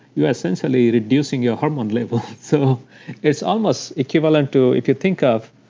you are essentially reducing your hormone levels. so it's almost equivalent to, if you think of